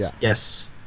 Yes